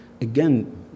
Again